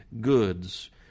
goods